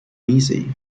easy